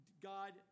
God